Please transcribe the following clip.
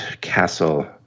castle